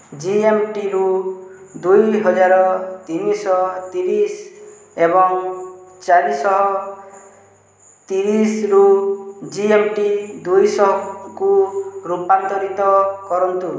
ଜିଏମ୍ଟିରୁ ଦୁଇ ହଜାର ତିନିଶହ ତିରିଶ ଏବଂ ଚାରିଶହ ତିରିଶରୁ ଜି ଏମ୍ ଟି ଦୁଇଶହକୁ ରୂପାନ୍ତରିତ କରନ୍ତୁ